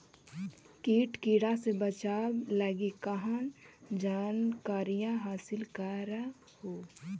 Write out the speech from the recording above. किट किड़ा से बचाब लगी कहा जानकारीया हासिल कर हू?